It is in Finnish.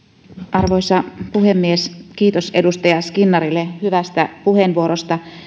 arvoisa puhemies kiitos edustaja skinnarille hyvästä puheenvuorosta